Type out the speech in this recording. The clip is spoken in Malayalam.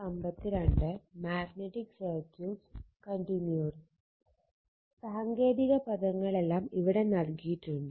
ഈ സാങ്കേതിക പദങ്ങളല്ലാം ഇവിടെ നൽകിയിട്ടുണ്ട്